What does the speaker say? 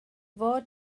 fod